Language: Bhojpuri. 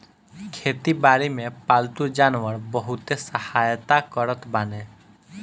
खेती बारी में पालतू जानवर बहुते सहायता करत बाने